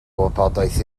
wybodaeth